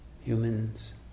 humans